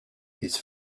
his